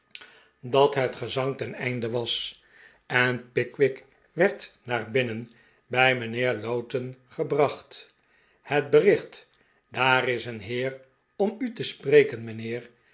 dat het gezang ten einde was en pickwick werd naar birmen bij mijnheer lowten gebrach t het bericht daar is een heer om u te spreken mijnheer